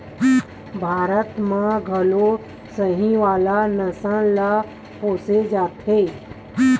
भारत म घलो साहीवाल नसल ल पोसे जावत हे